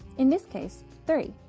in this case, three.